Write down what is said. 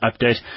update